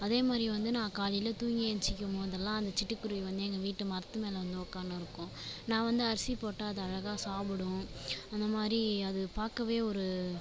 அதேமாதிரி வந்து நான் காலையில் தூங்கி ஏழுந்சிக்க போதுலாம் அந்த சிட்டுக்குருவி வந்து எங்கள் வீட்டு மரத்துமேலே வந்து உட்கான்னுருக்கும் நான் வந்து அரிசி போட்டால் அது அழகாக சாப்பிடும் அந்தமாதிரி அது பார்க்கவே ஒரு